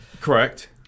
Correct